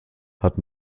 hat